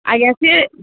ଆଜ୍ଞା ସିଏ